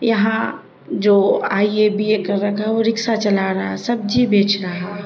یہاں جو I A B A کر رکھا ہے وہ رکشہ چلا رہا سبزی بیچ رہا